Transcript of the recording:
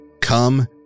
come